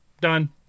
done